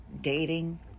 dating